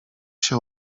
się